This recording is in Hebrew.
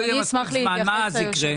לא יהיה